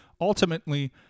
Ultimately